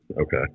Okay